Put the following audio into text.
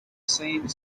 same